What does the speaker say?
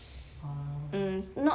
oh